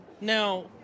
Now